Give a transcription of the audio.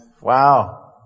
wow